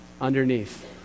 underneath